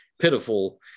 pitiful